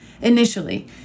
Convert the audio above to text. Initially